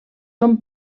són